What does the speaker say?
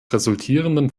resultierenden